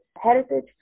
heritage